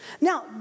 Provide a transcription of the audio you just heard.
Now